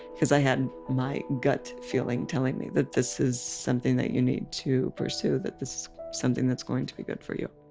because i had my gut feeling telling me that this is something that you need to pursue, that this something that's going to be good for you.